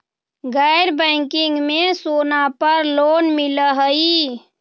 गैर बैंकिंग में सोना पर लोन मिलहई?